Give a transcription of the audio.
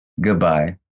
goodbye